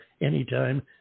anytime